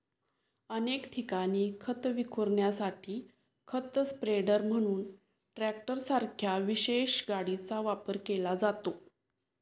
अनेक ठिकाणी खत विखुरण्यासाठी खत स्प्रेडर म्हणून ट्रॅक्टरसारख्या विशेष गाडीचा वापर केला जातो